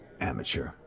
Amateur